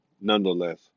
Nonetheless